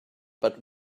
but